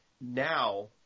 now